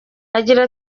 agira